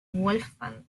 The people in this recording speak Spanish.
wolfgang